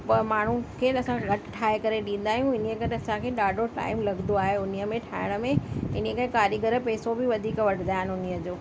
ॿ माण्हू केर असां घटि ठाहे करे ॾींदा आहियूं इन ई करे असांखे ॾाढो टाइम लॻंदो आहे उन ई में ठाहिण में इन ई करे कारीगर पैसो बि वधीक वठंदा आहिनि उन्हीअ जो